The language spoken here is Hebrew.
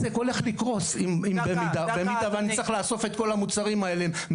העסק הולך לקרוס במידה שאני צריך לאסוף את כל המוצרים האלה.